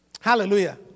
Hallelujah